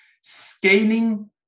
scaling